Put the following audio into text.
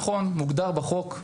נכון מוגדר בחוק,